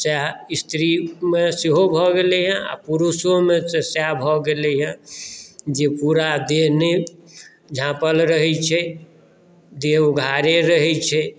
सएह स्त्रीमे सेहो भऽ गेलै हेँ आ पुरुषोमे तऽ सएह भऽ गेलै हेँ जे पूरा देह नहि झाँपल रहैत छै देह उघारे रहैत छै